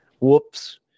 whoops